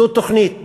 זו תוכנית